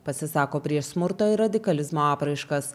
pasisako prieš smurto ir radikalizmo apraiškas